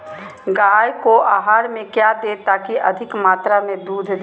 गाय को आहार में क्या दे ताकि अधिक मात्रा मे दूध दे?